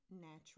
Natural